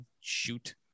shoot